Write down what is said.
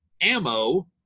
ammo